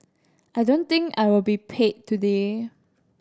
I don't think I will be paid today